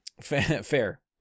fair